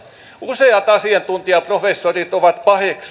useat asiantuntijaprofessorit ovat paheksuneet